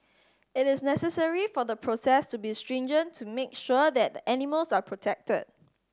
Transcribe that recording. it is necessary for the process to be stringent to make sure that the animals are protected